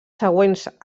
següents